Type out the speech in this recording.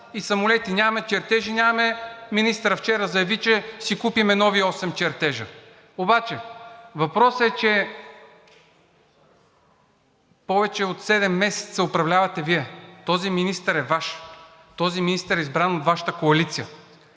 и самолети нямаме, чертежи нямаме. Министърът вчера заяви, че ще си купим нови осем чертежа. Обаче въпросът е, че повече от седем месеца управлявате Вие. Този министър е Ваш, този министър е избран от Вашата коалиция.